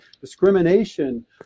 discrimination